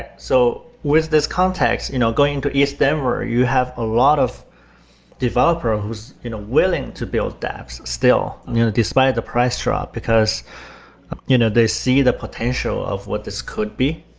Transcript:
and so with this context, you know going to ethdenver, you have a lot of developer who's you know willing to build daps still despite the price drop, because you know they see the potential of what this could be.